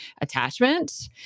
attachment